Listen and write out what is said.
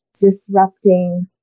disrupting